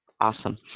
awesome